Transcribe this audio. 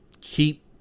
keep